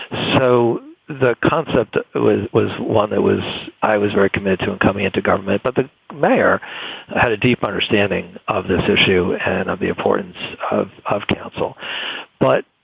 so the concept was was one that was i was very committed to coming into government, but the mayor had a deep understanding of this issue and of the importance of of council but,